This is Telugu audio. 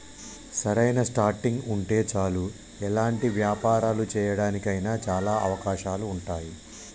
సరైన స్టార్టింగ్ ఉంటే చాలు ఎలాంటి వ్యాపారాలు చేయడానికి అయినా చాలా అవకాశాలు ఉంటాయి